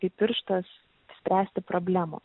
kaip pirštas spręsti problemų